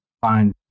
Fine